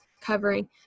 covering